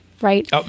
right